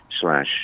slash